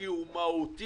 כי הוא מהותי,